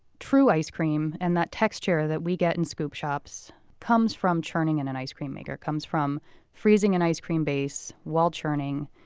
true ice cream and that texture that we get in scoop shops comes from churning in an ice cream maker, comes from freezing an ice cream base while churning,